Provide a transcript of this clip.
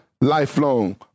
lifelong